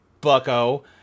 bucko